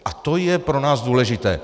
A to je pro nás důležité.